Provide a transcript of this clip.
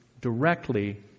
directly